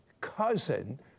cousin